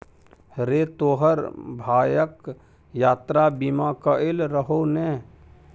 रे तोहर भायक यात्रा बीमा कएल रहौ ने?